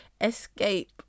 Escape